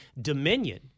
Dominion